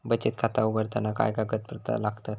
बचत खाता उघडताना काय कागदपत्रा लागतत?